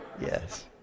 Yes